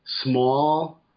small